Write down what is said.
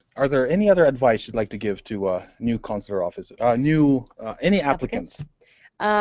are there any other advice you'd like to give to ah new consular officers ah new any applicants?